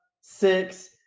six